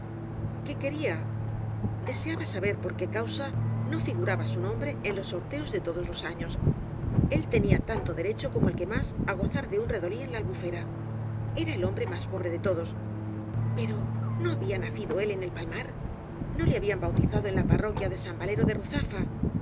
qué queria deseaba saber por qué causa no figuraba su nombre en los sorteos de todos loa afios el tenia tanto derecho como el que más á gozar un redolí en la albufera era el más pobre de todos pero no habla nacido en el palmar no le habían bautizado en la parroquia de san valero de ruzafa